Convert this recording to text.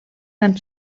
van